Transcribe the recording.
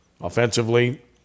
offensively